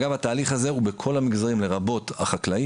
אגב, התהליך הזה הוא בכל המגזרים לרבות החקלאי.